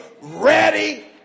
Ready